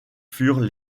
furent